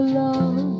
love